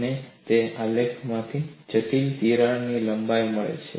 તમને તે આલેખમાંથી જટિલ તિરાડની લંબાઈ મળે છે